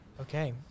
Okay